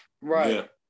right